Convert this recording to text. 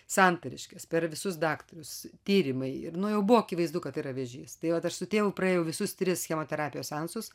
santariškės per visus daktarus tyrimai ir nu jau buvo akivaizdu kad yra vėžys tai vat aš su tėvu praėjau visus tris chemoterapijos seansus